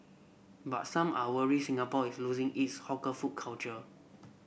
but some are worried Singapore is losing its hawker food culture